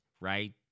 right